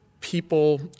people